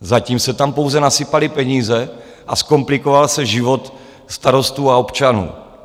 Zatím se tam pouze nasypaly peníze a zkomplikoval se život starostů a občanů.